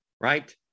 right